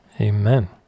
Amen